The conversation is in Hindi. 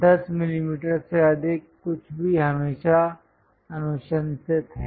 10 मिमी से अधिक कुछ भी हमेशा अनुशंसित है